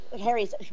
harry's